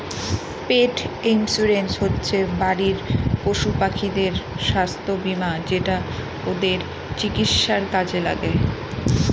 পেট insurance হচ্ছে বাড়ির পশুপাখিদের স্বাস্থ্য বীমা যেটা ওদের চিকিৎসার কাজে লাগে